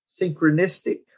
synchronistic